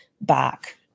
back